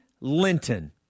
Linton